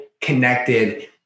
connected